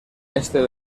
este